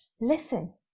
listen